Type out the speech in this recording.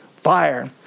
fire